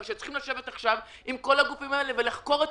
שצריכים לשבת עכשיו עם כל הגופים האלה ולחקור את